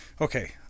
okay